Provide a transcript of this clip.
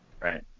Right